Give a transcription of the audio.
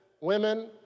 women